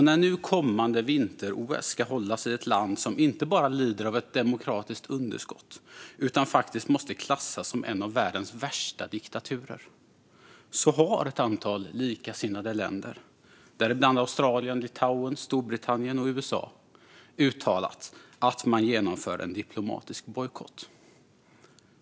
När nu kommande vinter-OS ska hållas i ett land som inte bara lider av ett demokratiskt underskott utan faktiskt måste klassas som en av världens värsta diktaturer har ett antal likasinnade länder, däribland Australien, Litauen, Storbritannien och USA, uttalat att man genomför en diplomatisk bojkott.